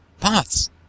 paths